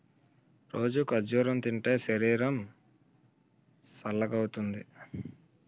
రోజూ ఖర్జూరం తింటే శరీరం సల్గవుతుంది